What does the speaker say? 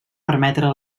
permetre